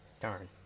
Darn